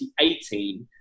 2018